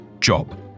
Job